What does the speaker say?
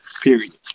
Period